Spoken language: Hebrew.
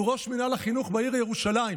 הוא ראש מינהל החינוך בעיר ירושלים,